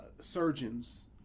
surgeons